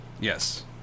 Yes